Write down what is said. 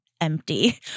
empty